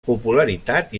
popularitat